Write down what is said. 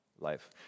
life